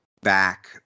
back